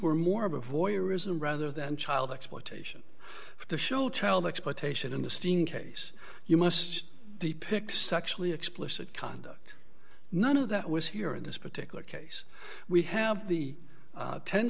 were more of a voyeur ism rather than child exploitation to show child exploitation in the steam case you must be pic sexually explicit conduct none of that was here in this particular case we have the